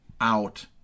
out